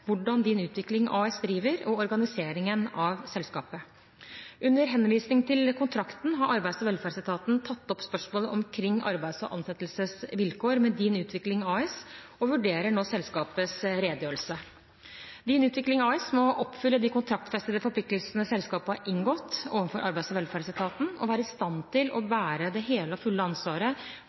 hvordan Din Utvikling AS driver, og ved organiseringen av selskapet. Under henvisning til kontrakten har Arbeids- og velferdsetaten tatt opp spørsmålet omkring arbeids- og ansettelsesvilkår med Din Utvikling AS og vurderer nå selskapets redegjørelse. Din Utvikling AS må oppfylle de kontraktfestede forpliktelsene selskapet har inngått overfor Arbeids- og velferdsetaten, og være i stand til å bære det hele og fulle ansvaret